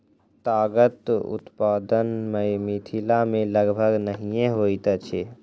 तागक उत्पादन मिथिला मे लगभग नहिये होइत अछि